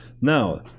now